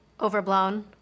overblown